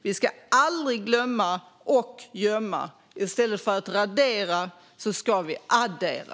Vi ska aldrig glömma och gömma. I stället för att radera ska vi addera.